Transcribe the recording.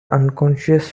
unconscious